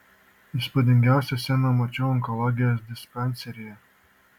įspūdingiausią sceną mačiau onkologijos dispanseryje